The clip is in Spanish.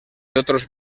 otros